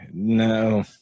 no